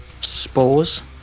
spores